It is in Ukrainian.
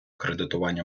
кредитування